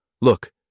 Look